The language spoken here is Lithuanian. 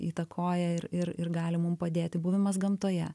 įtakoja ir ir ir gali mum padėti buvimas gamtoje